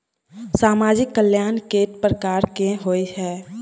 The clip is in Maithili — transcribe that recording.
सामाजिक कल्याण केट प्रकार केँ होइ है?